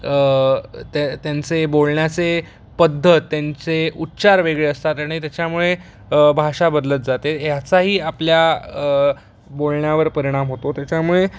त्या त्यांचे बोलण्याचे पद्धत त्यांचे उच्चार वेगळे असतात आणि त्याच्यामुळे भाषा बदलत जाते ह्याचाही आपल्या बोलण्यावर परिणाम होतो त्याच्यामुळे